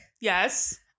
yes